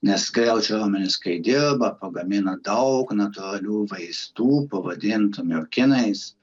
nes griaučių raumenys kai dirba pagamina daug natūralių vaistų pavadintų miokinais